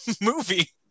movie